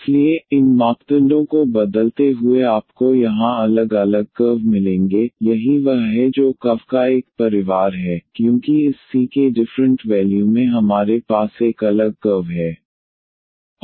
इसलिए इन मापदंडों को बदलते हुए आपको यहां अलग अलग कर्व मिलेंगे यही वह है जो कर्व का एक परिवार है क्योंकि इस सी के डिफ्रन्ट वैल्यू में हमारे पास एक अलग कर्व है